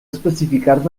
especificar